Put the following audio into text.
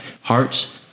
hearts